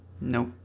Nope